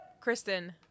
Kristen